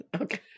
Okay